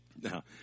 Now